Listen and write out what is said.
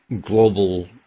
global